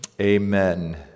amen